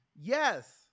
Yes